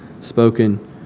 spoken